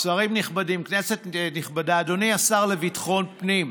שרים נכבדים, כנסת נכבדה, אדוני השר לביטחון פנים,